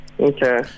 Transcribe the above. Okay